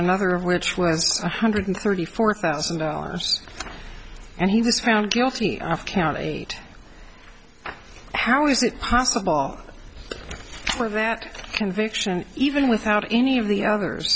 another of which was one hundred thirty four thousand dollars and he was found guilty of count eight how is it possible for that conviction even without any of the others